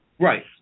Right